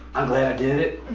i'm glad i did it.